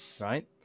right